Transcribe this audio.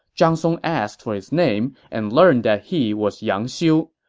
zhang song asked for his name, and learned that he was yang xiu.